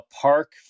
park